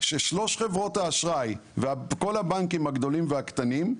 ששלוש חברות האשראי וכל הבנקים הגדולים והקטנים,